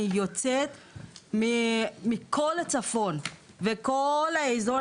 אני יוצאת מכל הצפון וכל האזור,